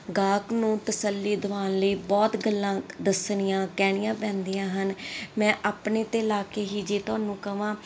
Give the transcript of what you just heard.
ਗਾਹਕ ਨੂੰ ਤਸੱਲੀ ਦਵਾਉਣ ਲਈ ਬਹੁਤ ਗੱਲਾਂ ਦੱਸਣੀਆਂ ਕਹਿਣੀਆਂ ਪੈਂਦੀਆਂ ਹਨ ਮੈਂ ਆਪਣੇ 'ਤੇ ਲਾ ਕੇ ਹੀ ਜੇ ਤੁਹਾਨੂੰ ਕਹਾਂ